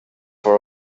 for